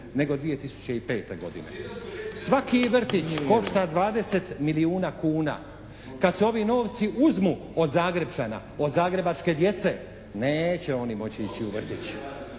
nego 2005. godine. Svaki vrtić košta 20 milijuna kuna. Kad se ovi novci uzmu od Zagrepčana, od zagrebačke djece neće oni moći ići u vrtić.